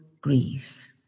grief